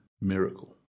miracle